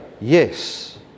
yes